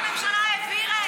איזה ממשלה העלתה אותו?